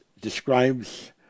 describes